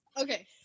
Okay